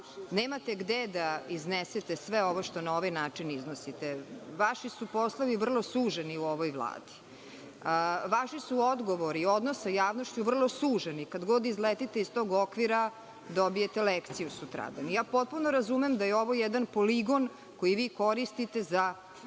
nemate gde da iznesete sve ovo što na ovaj način iznosite, vaši su poslovi vrlo suženi u ovoj Vladi. Vaši su odgovori, odnos sa javnošću vrlo suženi, kada god izletite iz tog okvira dobijete lekciju sutradan. Potpuno razumem da je ovo jedan poligon koji vi koristite za sve